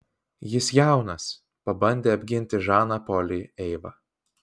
jis jaunas pabandė apginti žaną polį eiva